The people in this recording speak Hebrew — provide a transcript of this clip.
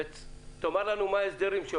ותאמר לנו מה ההסדרים,